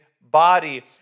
body